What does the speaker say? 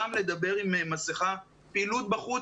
פעילות בחוץ.